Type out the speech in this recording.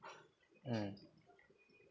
mm